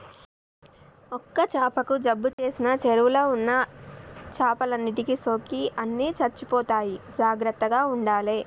ఒక్క చాపకు జబ్బు చేసిన చెరువుల ఉన్న చేపలన్నిటికి సోకి అన్ని చచ్చిపోతాయి జాగ్రత్తగ ఉండాలే